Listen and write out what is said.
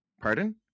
Pardon